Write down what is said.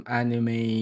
anime